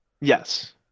Yes